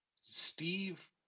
steve